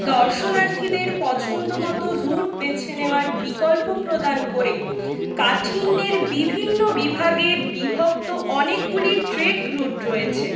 দর্শনার্থীদের পছন্দমতো রুট বেছে নেওয়ার বিকল্প প্রদান করে কাঠিন্যের বিভিন্ন বিভাগে বিভক্ত অনেকগুলি ট্রেক রুট রয়েছে